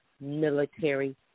military